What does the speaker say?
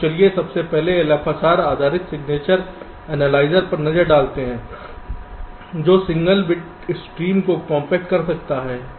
तो चलिए सबसे पहले LFSR आधारित सिग्नेचर एनालाइजर पर नजर डालते हैं जो सिंगल बिट स्ट्रीम को कॉम्पैक्ट कर सकता है